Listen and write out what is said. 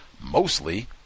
mostly